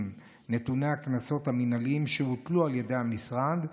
נתוני הקנסות המינהליים שהוטלו על ידי המשרד,